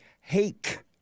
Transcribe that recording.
Hake